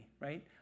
right